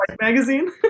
Magazine